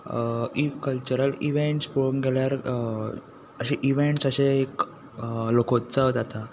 if cultural events पळोवंक गेल्यार अशें इव्हेंट्स अशे एक लोकोत्सव जाता